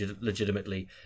legitimately